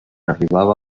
arribava